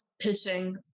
pitching